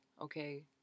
okay